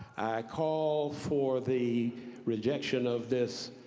call for the rejection of this